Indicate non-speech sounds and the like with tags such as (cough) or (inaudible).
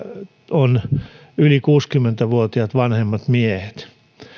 (unintelligible) ovat yli kuusikymmentä vuotiaat vanhemmat miehet tuntuu siltä että